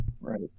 Right